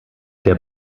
der